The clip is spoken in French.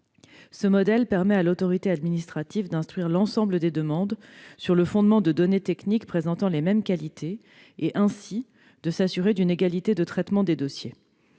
Ce modèle permet à l'autorité administrative d'instruire l'ensemble des demandes sur le fondement de données techniques présentant les mêmes qualités et, ainsi, de s'assurer d'une égalité de traitement des dossiers.